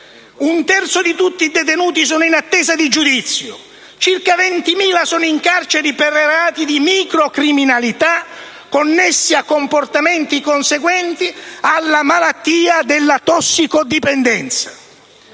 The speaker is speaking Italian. un terzo di tutti i detenuti sono in attesa di giudizio. Circa 20.000 sono in carcere per reati di microcriminalità connessi ai comportamenti conseguenti alla malattia della tossicodipendenza.